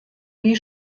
wie